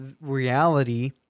reality